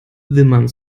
wimmern